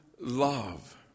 love